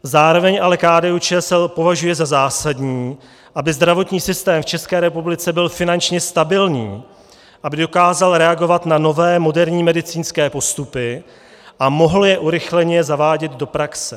Zároveň ale KDUČSL považuje za zásadní, aby zdravotní systém v České republice byl finančně stabilní, aby dokázal reagovat na nové, moderní medicínské postupy a mohl je urychleně zavádět do praxe.